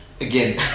again